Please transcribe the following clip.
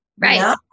Right